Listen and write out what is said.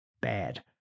bad